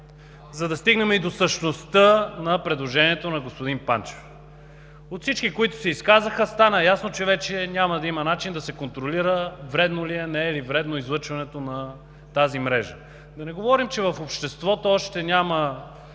за да стигнем и до същността на предложението на господин Панчев. От всички, които се изказаха, стана ясно, че вече няма да има начин да се контролира дали е вредно, или не е вредно излъчването на тази мрежа. Да не говорим, че в обществото още няма